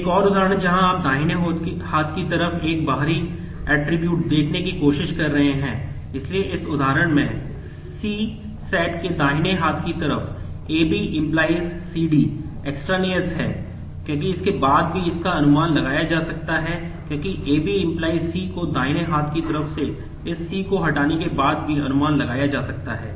एक और उदाहरण जहां आप दाहिने हाथ की तरफ एक बाहरी ऐट्रिब्यूट है क्योंकि इसके बाद भी इसका अनुमान लगाया जा सकता है क्योंकि AB → C को दाहिने हाथ की तरफ से इस C को हटाने के बाद भी अनुमान लगाया जा सकता है